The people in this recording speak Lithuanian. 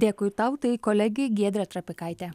dėkui tau tai kolegė giedrė trapikaitė